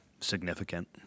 significant